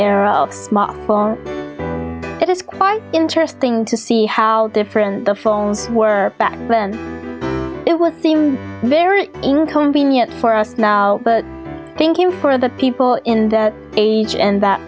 alex it is quite interesting to see how different the phones were back then it would seem very inconvenient for us now but thank you for the people in that age and that